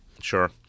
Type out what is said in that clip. Sure